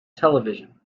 television